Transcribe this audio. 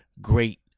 great